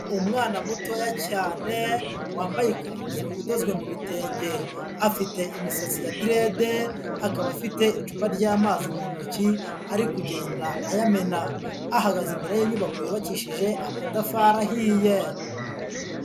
Umwana mutoya cyane wambaye ikanzu idozwe mu bitenge, afite imisatsi ya direde akaba afite icupa ry'amazi mu ntoki ari kugenda ayamena, ahagaze imbere y'inyubako yubakishije amatafari ahiye.